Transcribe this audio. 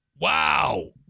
Wow